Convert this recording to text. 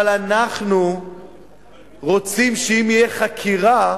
אבל אנחנו רוצים שאם תהיה חקירה,